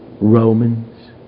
Romans